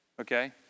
okay